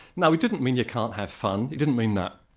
now it didn't mean you can't have fun, it didn't mean that.